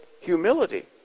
humility